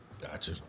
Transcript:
Gotcha